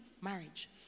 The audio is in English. marriage